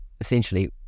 essentially